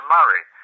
Murray